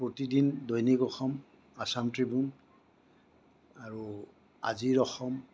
প্ৰতিদিন Dainik Asam Assam Tribune আৰু আজিৰ অসম